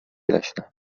leśne